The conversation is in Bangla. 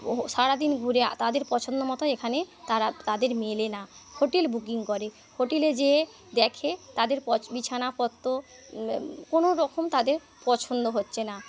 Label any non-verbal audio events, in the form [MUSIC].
সারাদিন ঘুরে তাদের পছন্দ মতো এখানে তারা তাদের মেলে না হোটেল বুকিং করে হোটেলে যেয়ে দেখে তাদের [UNINTELLIGIBLE] বিছানাপত্র কোনো রকম তাদের পছন্দ হচ্ছে না